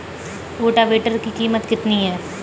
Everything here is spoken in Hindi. रोटावेटर की कीमत कितनी है?